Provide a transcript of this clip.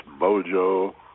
mojo